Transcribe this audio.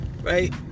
right